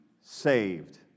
saved